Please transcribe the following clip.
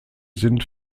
sind